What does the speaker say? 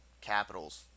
Capitals